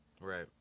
Right